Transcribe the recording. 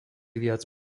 viac